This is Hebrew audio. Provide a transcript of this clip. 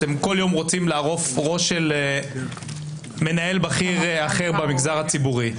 כל יום אתם רוצים לערוף ראש של מנהל בכיר אחר במגזר הציבורי.